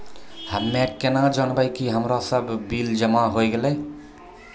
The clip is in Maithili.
हम्मे केना जानबै कि हमरो सब बिल जमा होय गैलै?